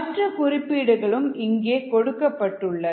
மற்ற குறிப்பீடுகளும் இங்கே கொடுக்கப்பட்டன